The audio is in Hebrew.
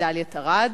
מדליית ארד.